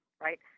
right